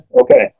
Okay